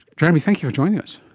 jeremy, thank you for joining us.